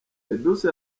edouce